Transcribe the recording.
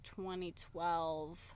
2012